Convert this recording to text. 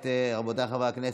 רבותיי חברי הכנסת,